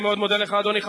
אני מאוד מודה לך, אדוני.